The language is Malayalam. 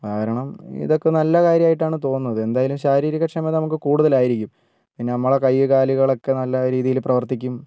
കാരണം ഇതൊക്കെ നല്ല കാര്യം ആയിട്ടാണ് തോന്നുന്നത് എന്തായാലും ശാരീരികക്ഷമത നമുക്ക് കൂടുതലായിരിക്കും പിന്നെ നമ്മളെ കയ്യ് കാലുകളൊക്ക നല്ല രീതിയിൽ പ്രവർത്തിക്കും